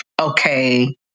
okay